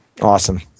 Awesome